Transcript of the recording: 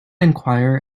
enquire